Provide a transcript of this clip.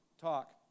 talk